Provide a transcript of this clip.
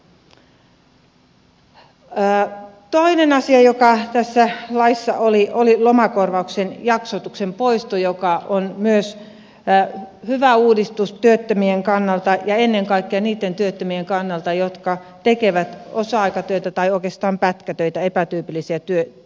toinen asia joka tässä laissa oli oli lomakorvauksen jaksotuksen poisto joka on myös hyvä uudistus työttömien kannalta ennen kaikkea niitten työttömien kannalta jotka tekevät osa aikatyötä tai oikeastaan pätkätöitä epätyypillisiä työsuhteita